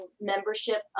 membership